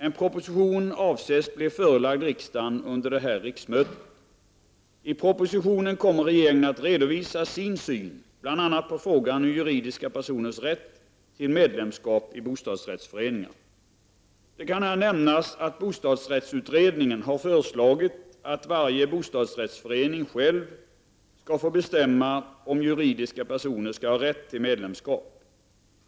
En proposition avses att bli förelagd riksdagen under detta riksmöte. I propositionen kommer regeringen att redovisa sin syn bl.a. på frågan om juridiska personers rätt till medlemskap i bostadsrättsföreningar. Det kan nämnas att bostadsrättsutredningen har föreslagit att varje bostadsrättsförening själv skall få bestämma om juridiska personer skall ha rätt till medlemskap.